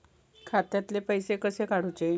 खात्यातले पैसे कसे काडूचे?